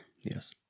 Yes